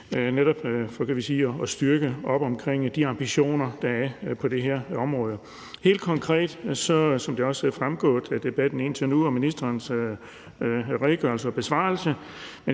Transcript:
netop for at støtte op om de ambitioner, der er på det her område. Helt konkret vil vi, som det også er fremgået af debatten indtil nu og af ministerens besvarelse